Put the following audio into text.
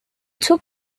took